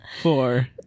four